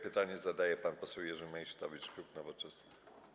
Pytanie zadaje pan poseł Jerzy Meysztowicz, klub Nowoczesna.